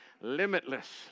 limitless